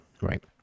right